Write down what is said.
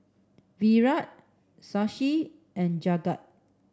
Virat Shashi and Jagat